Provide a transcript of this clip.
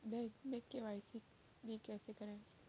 Bank में KYC कैसे करायें?